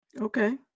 Okay